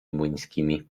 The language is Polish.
młyńskimi